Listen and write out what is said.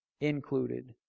included